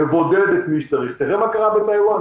נבודד את מי שצריך תראה מה קרה בטאיוואן,